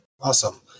Awesome